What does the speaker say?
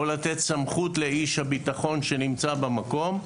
או תינתן סמכות לאיש הביטחון שנמצא במקום,